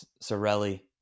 Sorelli